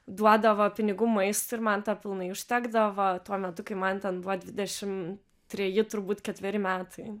duodavo pinigų maistui ir man to pilnai užtekdavo tuo metu kai man ten buvo dvidešim treji turbūt ketveri metai